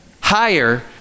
higher